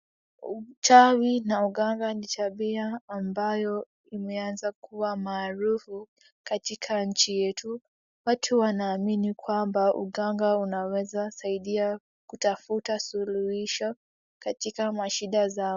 Uchawi na uganga ni tabia ambayo imeanza kuwa maarufu katika nchi yetu, watu wanaamini kwamba uganga unaweza saidia kutafuta suluhisho katika mashida zao.